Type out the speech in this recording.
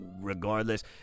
regardless